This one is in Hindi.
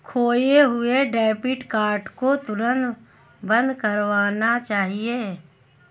खोये हुए डेबिट कार्ड को तुरंत बंद करवाना चाहिए